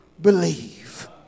believe